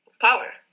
power